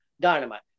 Dynamite